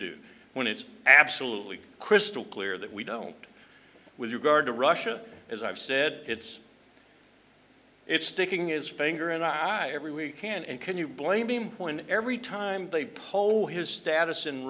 do when it's absolutely crystal clear that we don't with regard to russia as i've said it's it's sticking his finger and i every week can and can you blame him point every time they poll his status in